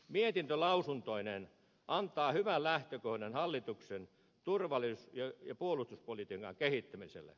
mietintö lausuntoineen antaa hyvän lähtökohdan hallituksen turvallisuus ja puolustuspolitiikan kehittämiselle